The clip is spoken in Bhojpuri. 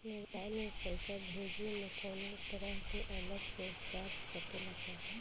मोबाइल से पैसा भेजे मे कौनों तरह के अलग से चार्ज कटेला का?